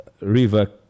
River